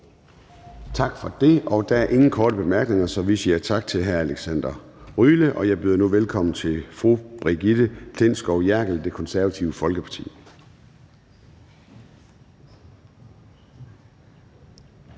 Tak for det. Der er ingen korte bemærkninger, så vi siger tak til hr. Jeppe Søe. Og jeg byder nu velkommen til fru Astrid Carøe, Socialistisk Folkeparti.